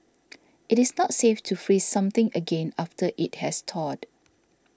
it is not safe to freeze something again after it has thawed